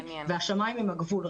השמיים הם הגבול,